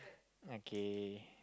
okay